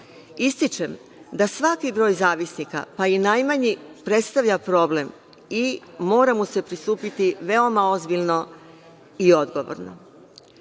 Ističem da svaki broj zavisnika, pa i najmanji, predstavlja problem i mora mu se pristupiti veoma ozbiljno i odgovorno. Ovim